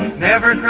never